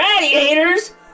radiators